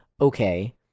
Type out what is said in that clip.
Okay